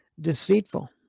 deceitful